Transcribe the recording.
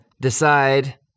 decide